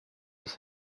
was